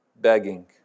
begging